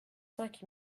cinq